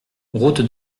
route